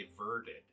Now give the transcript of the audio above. averted